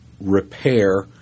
repair